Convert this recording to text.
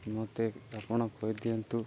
ମୋତେ ଆପଣ କହିଦିଅନ୍ତୁ